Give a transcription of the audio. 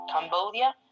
Cambodia